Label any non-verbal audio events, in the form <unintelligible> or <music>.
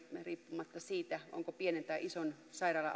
riippumatta siitä onko pienen tai ison sairaala <unintelligible>